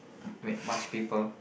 wait much people